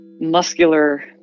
muscular